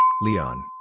Leon